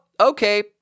okay